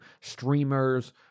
streamers